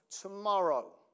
tomorrow